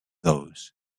those